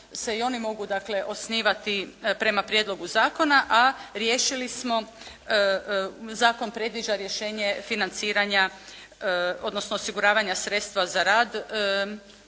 se i oni mogu dakle osnivati prema prijedlogu zakona, a riješili smo, zakon predviđa rješenje financiranja, odnosno osiguravanja sredstva za rad